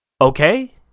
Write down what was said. Okay